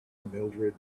mildrid